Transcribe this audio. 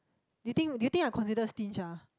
do you think do you think I consider stitch ah